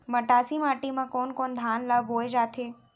मटासी माटी मा कोन कोन धान ला बोये जाथे?